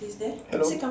hello